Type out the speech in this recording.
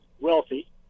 wealthy